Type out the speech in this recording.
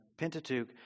Pentateuch